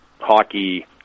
hockey